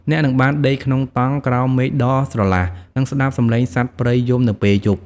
អ្នកនឹងបានដេកក្នុងតង់ក្រោមមេឃដ៏ស្រឡះ និងស្តាប់សំឡេងសត្វព្រៃយំនៅពេលយប់។